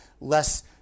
less